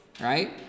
right